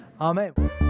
Amen